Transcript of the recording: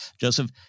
Joseph